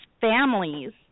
families